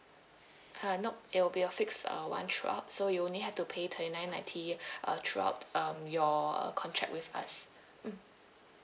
uh nope it will be a fixed uh one throughout so you only had to pay thirty nine ninety uh throughout um your uh contract with us mm